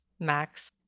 max